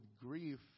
grief